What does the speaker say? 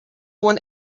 one